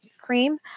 cream